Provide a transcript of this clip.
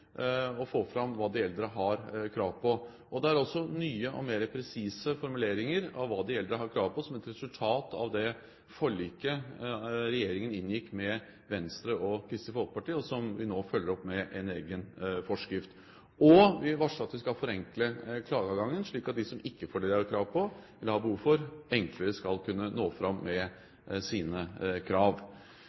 å få fram hva de eldre har krav på. Det er også nye og mer presise formuleringer av hva de eldre har krav på, som et resultat av det forliket regjeringen inngikk med Venstre og Kristelig Folkeparti, og som vi nå følger opp med en egen forskrift. Og vi har varslet at vi skal forenkle klageadgangen, slik at de som ikke får det de har krav på eller har behov for, enklere skal kunne nå fram med sine krav.